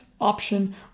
option